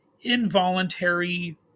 involuntary